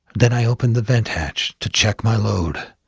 then i opened the vent hatch to check my load.